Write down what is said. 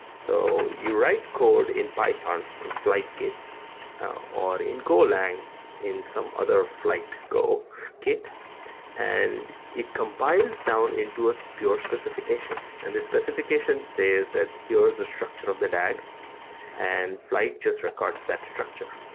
so you write code in python in flyte kit or in go lang in some other flyte go kit and it compiles down into a so pure specification. and this specification says that here's a structure of the dag and flyte just records that structure.